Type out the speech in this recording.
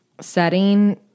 setting